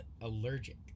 allergic